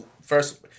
First